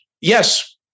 yes